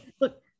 Look